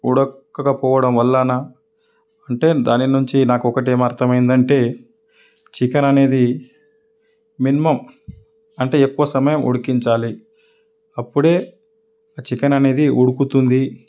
ఉడకకపోవడం వలన అంటే దాని నుంచి నాకు ఒకటి ఏమి అర్థం అయింది అంటే చికెన్ అనేది మినిమం అంటే ఎక్కువ సమయం ఉడికించాలి అప్పుడే ఆ చికెన్ అనేది ఉడుకుతుంది